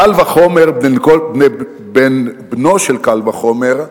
קל וחומר בן בנו של קל וחומר,